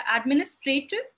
administrative